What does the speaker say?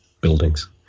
buildings